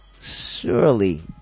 surely